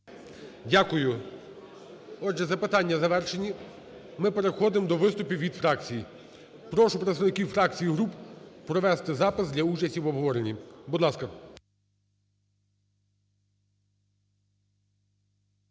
Дякую. Отже, запитання завершені, ми переходимо до виступів від фракцій. Прошу представників фракцій і груп провести запис для участі в обговоренні. Будь ласка.